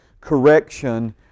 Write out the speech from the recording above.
correction